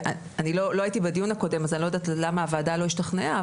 אני לא הייתי בדיון הקודם אז אני לא יודעת למה הוועדה לא השתכנעה,